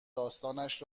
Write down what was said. داستانش